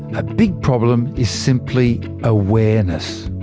a big problem is simply awareness.